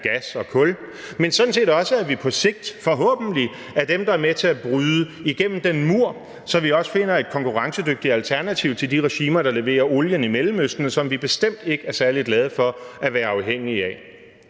gas og kul, men sådan set også, for at vi på sigt forhåbentlig er dem, der er med til at bryde igennem muren, så vi også finder et konkurrencedygtigt alternativ til de regimer i Mellemøsten, der leverer olie, og som vi bestemt ikke er særlig glade for at være afhængige af.